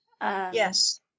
yes